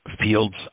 fields